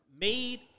made